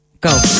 Go